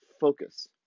focus